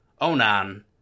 Onan